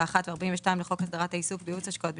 ו-42 לחוק הסדרת העיסוק בייעוץ השקעות,